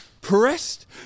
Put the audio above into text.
pressed